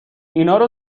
اینارو